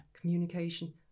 Communication